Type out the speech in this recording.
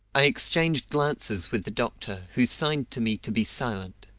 i exchanged glances with the doctor, who signed to me to be silent.